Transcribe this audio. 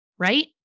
right